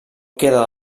queda